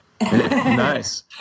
nice